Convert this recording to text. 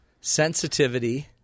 sensitivity –